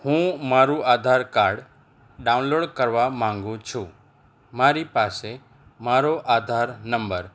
હું મારું Aadhaar card download કરવા માગું છું મારી પાસે મારો આધાર નંબર